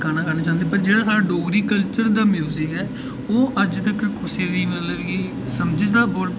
गाना गाना चाहंदे पर जेह्ड़ा साढ़ा डोगरी कल्चर दा म्यूजिक ऐ ओह् अज्ज तक कुसै दी मतलब कि